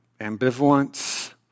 ambivalence